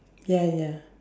ya ya